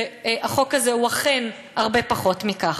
והחוק הזה הוא אכן הרבה פחות מכך.